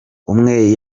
umwe